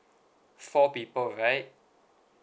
four people right